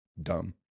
dumb